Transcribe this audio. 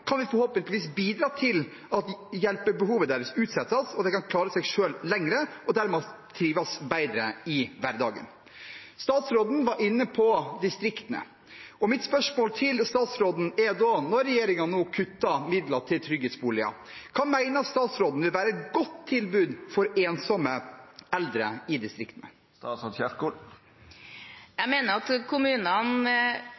kan vi forhåpentligvis bidra til at hjelpebehovet deres utsettes og de kan klare seg selv lenger og dermed trives bedre i hverdagen. Statsråden var inne på distriktene, og mitt spørsmål til statsråden er da: Når regjeringen nå kutter midler til trygghetsboliger, hva mener statsråden vil være et godt tilbud for ensomme eldre i distriktene?